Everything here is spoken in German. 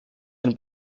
den